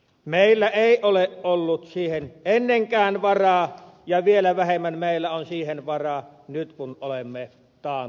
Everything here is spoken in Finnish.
meillä ei ole ollut siihen ennenkään varaa ja vielä vähemmän meillä on siihen varaa nyt kun olemme taantumassa